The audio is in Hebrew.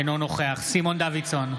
אינו נוכח סימון דוידסון,